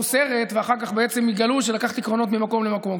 סרט ואחר כך בעצם יגלו שלקחתי קרונות ממקום למקום,